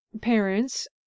parents